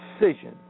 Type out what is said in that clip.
decision